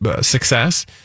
success